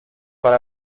para